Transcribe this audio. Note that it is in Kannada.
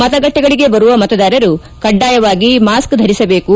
ಮತಗಟ್ಟೆಗಳಗೆ ಬರುವ ಮತದಾರರು ಕಡ್ಡಾಯವಾಗಿ ಮಾಸ್ಕ್ ಧರಿಸಿರಬೇಕು